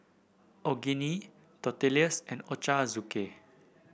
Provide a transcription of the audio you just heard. Onigiri Tortillas and Ochazuke